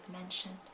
mentioned